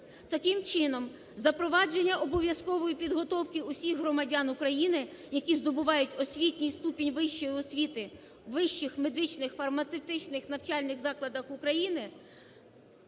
Таким чином запровадження обов'язкової підготовки усіх громадян України, які здобувають освітній ступінь вищої освіти у вищих медичних, фармацевтичних навчальних закладах України